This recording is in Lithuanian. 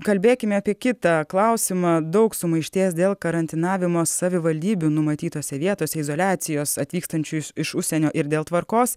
kalbėkime apie kitą klausimą daug sumaišties dėl karantinavimo savivaldybių numatytose vietose izoliacijos atvykstančių iš užsienio ir dėl tvarkos